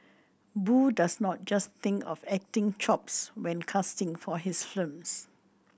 Boo does not just think of acting chops when casting for his films